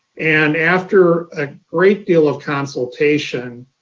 and after a great deal of consultation,